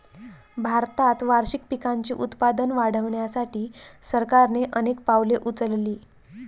भारतात वार्षिक पिकांचे उत्पादन वाढवण्यासाठी सरकारने अनेक पावले उचलली